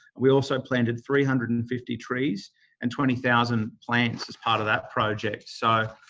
we also planted three hundred and fifty trees and twenty thousand plants as part of that project. so,